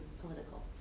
political